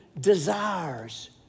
desires